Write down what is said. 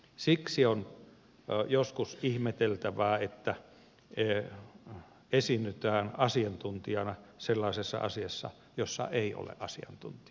siksi on joskus ihmeteltävää että esiinnytään asiantuntijana sellaisessa asiassa jossa ei ole asiantuntija